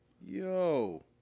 Yo